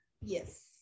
yes